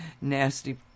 nasty